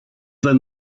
than